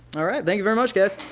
alright thank you very much guys!